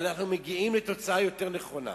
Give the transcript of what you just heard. אנחנו מגיעים לתוצאה יותר נכונה.